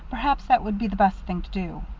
perhaps that would be the best thing to do.